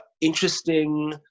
interesting